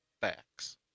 Facts